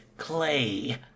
clay